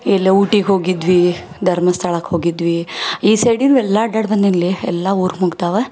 ಇಲ್ಲಿಯೇ ಊಟಿಗೆ ಹೋಗಿದ್ವೀ ಧರ್ಮಸ್ಥಳಕ್ಕೆ ಹೋಗಿದ್ವಿ ಈ ಸೈಡಿರೋವ್ ಎಲ್ಲ ಅಡ್ದಾಡಿ ಬಂದೀನ್ಲೆ ಎಲ್ಲ ಊರು ಮುಗಿದಾವ